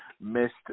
missed